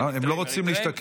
אה, הם לא רוצים להשתקע.